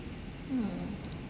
mm